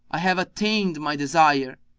i have attained my desire!